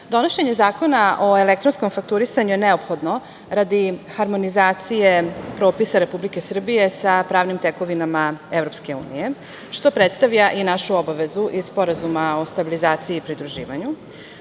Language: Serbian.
donošenje Zakona o elektronskom fakturisanju je neophodno radi harmonizacije propisa Republike Srbije sa pravnim tekovinama EU, što predstavlja i našu obavezu iz Sporazuma o stabilizaciji i pridruživanju.